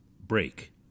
break